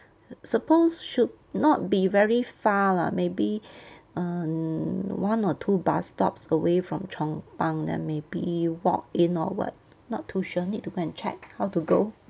suppose should not be very far lah maybe um one or two bus stops away from chong pang then maybe walk in or what not too sure need to go and check how to go